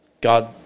god